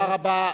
תודה רבה.